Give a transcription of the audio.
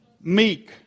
meek